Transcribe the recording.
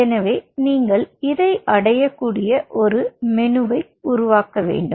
எனவே நீங்கள் இதை அடையக்கூடிய ஒரு மெனுவை உருவாக்க வேண்டும்